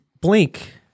blink